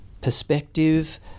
perspective